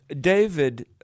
David